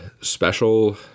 special